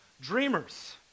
Dreamers